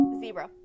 zebra